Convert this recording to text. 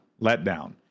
letdown